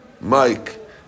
Mike